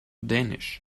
dänisch